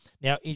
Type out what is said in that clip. Now